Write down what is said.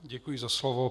Děkuji za slovo.